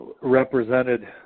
represented